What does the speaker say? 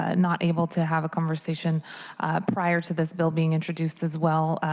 ah not able to have a conversation prior to this bill being introduced, as well,